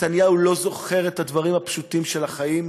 נתניהו לא זוכר את הדברים הפשוטים של החיים.